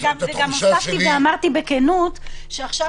וגם הוספתי ואמרתי בכנות שעכשיו,